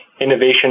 innovation